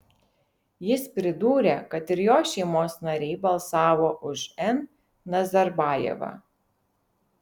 jis pridūrė kad ir jo šeimos nariai balsavo už n nazarbajevą